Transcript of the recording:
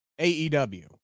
AEW